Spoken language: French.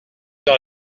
dans